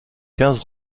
quinze